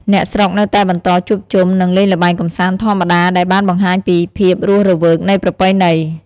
អ្នកស្រុកនៅតែបន្តជួបជុំ និងលេងល្បែងកម្សាន្តធម្មតា ដែលបានបង្ហាញពីភាពរស់រវើកនៃប្រពៃណី។